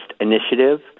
Initiative